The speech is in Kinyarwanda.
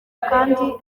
kandi